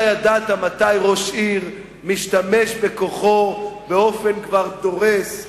אתה ידעת מתי ראש עיר משתמש בכוחו באופן כבר דורס,